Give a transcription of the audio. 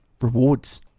rewards